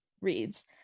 reads